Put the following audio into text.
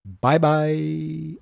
Bye-bye